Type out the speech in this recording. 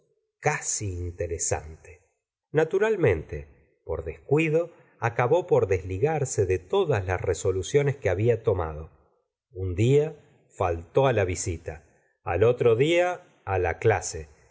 casi interesante naturalmente por descuido acabó por desligarse de todas las resoluciones que habla tomado un dia faltó la visita al otro dia la clase